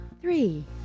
three